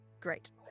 Great